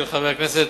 של חבר הכנסת